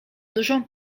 dużą